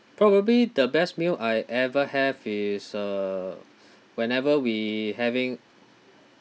probably the best meal I ever have is uh whenever we having